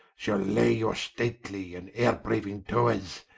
shall lay your stately, and ayre-brauing towers,